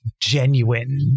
genuine